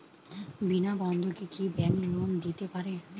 বিনা বন্ধকে কি bank loan দিতে পারে?